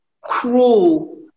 cruel